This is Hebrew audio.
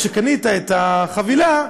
כשקנית את החבילה,